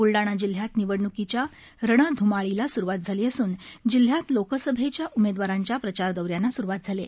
ब्लढाणा जिल्ह्यात निवडणुकीच्या रणध्रमाळीला सुरुवात झाली असून जिल्ह्यात लोकसभेच्या उमेदवारांच्या प्रचार दौऱ्यांना सुरुवात झाली आहे